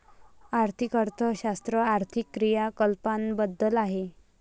आर्थिक अर्थशास्त्र आर्थिक क्रियाकलापांबद्दल आहे